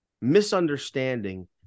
misunderstanding